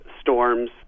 storms